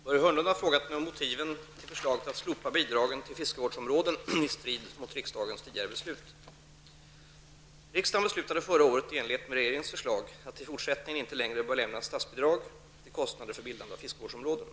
Herr talman! Börje Hörnlund har frågat mig om motiven till förslaget att slopa bidragen till fiskevårdsområden i strid mot riksdagens tidigare beslut. Riksdagen beslutade förra året i enlighet med regeringens förslag att det i fortsättningen inte längre bör lämnas statsbidrag till kostnader för bildande av fiskevårdsområden.